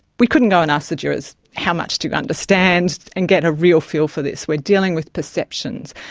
we couldn't go and ask the jurors, how much do you understand and get a real feel for this, we are dealing with perceptions,